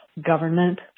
government